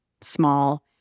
small